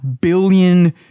billion